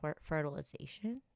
fertilization